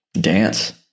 Dance